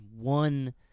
one